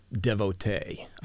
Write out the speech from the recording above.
devotee